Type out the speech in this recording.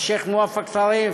השיח' מואפק טריף,